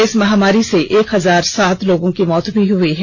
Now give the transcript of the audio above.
इस महामारी से एक हजार सात लोगों की मौत हुई है